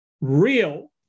real